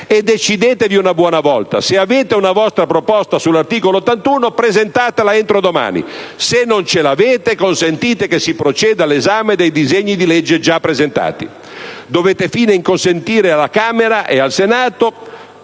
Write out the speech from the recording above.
E decidetevi una buona volta: se avete una vostra proposta sull'articolo 81, presentatela entro domani. Se non l'avete, consentite che si proceda all'esame dei disegni di legge già presentati. Dovete, infine, consentire che Camera e Senato